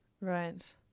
Right